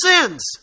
sins